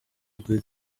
үгүй